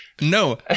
No